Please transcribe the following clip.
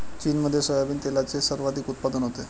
चीनमध्ये सोयाबीन तेलाचे सर्वाधिक उत्पादन होते